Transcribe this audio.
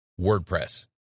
WordPress